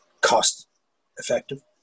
cost-effective